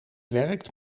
werkt